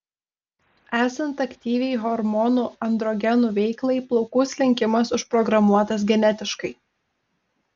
esant aktyviai hormonų androgenų veiklai plaukų slinkimas užprogramuotas genetiškai